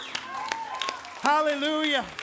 Hallelujah